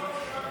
הצבעה.